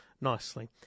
nicely